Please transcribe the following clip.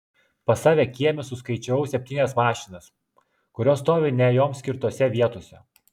pas save kieme suskaičiavau septynias mašinas kurios stovi ne joms skirtose vietose